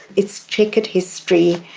its checkered history,